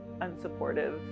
unsupportive